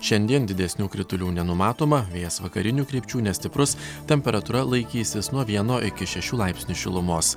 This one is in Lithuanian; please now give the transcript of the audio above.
šiandien didesnių kritulių nenumatoma vėjas vakarinių krypčių nestiprus temperatūra laikysis nuo vieno iki šešių laipsnių šilumos